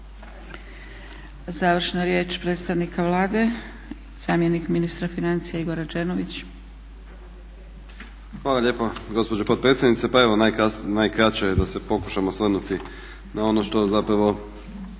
Završna riječ predstavnika Vlade, zamjenik ministra financija Igor Rađenović. **Rađenović, Igor (SDP)** Hvala lijepa gospođo potpredsjednice. Pa evo najkraće da se pokušam osvrnuti na ono što zapravo